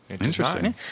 Interesting